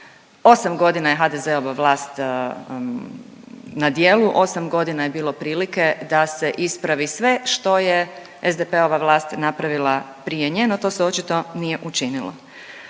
8 godina je HDZ-ova vlast na djelu, 8 godina je bilo prilike da se ispravi sve što je SDP-ova vlast napravila prije nje, no to se očito nije učinilo.